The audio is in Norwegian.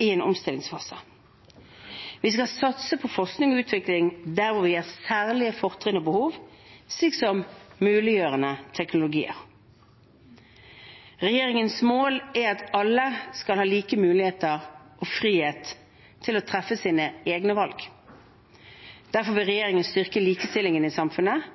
i en omstillingsfase. Vi skal satse på forskning og utvikling der hvor vi har særlige fortrinn og behov, slik som muliggjørende teknologier. Regjeringens mål er at alle skal ha like muligheter og frihet til å treffe sine egne valg. Derfor vil regjeringen styrke likestillingen i samfunnet